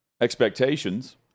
expectations